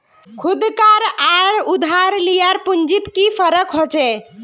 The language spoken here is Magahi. खुद कार आर उधार लियार पुंजित की फरक होचे?